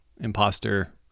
imposter